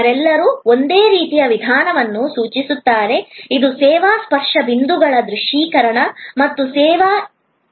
ಅವರೆಲ್ಲರೂ ಒಂದೇ ರೀತಿಯ ವಿಧಾನವನ್ನು ಸೂಚಿಸುತ್ತಾರೆ ಇದು ಸೇವಾ ಸ್ಪರ್ಶ ಬಿಂದುಗಳ ದೃಶ್ಯೀಕರಣ ಮತ್ತು ಸೇವೆಯ ಹರಿವು